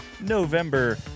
November